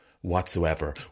Whatsoever